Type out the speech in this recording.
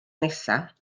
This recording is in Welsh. nesaf